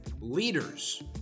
leaders